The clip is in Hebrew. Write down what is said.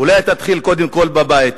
אולי תתחיל קודם כול בבית.